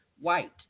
white